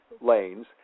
lanes